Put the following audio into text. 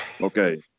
Okay